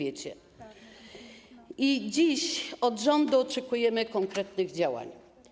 I dziś od rządu oczekujemy konkretnych działań.